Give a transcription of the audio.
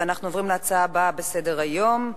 נעבור להצעות לסדר-היום בנושא: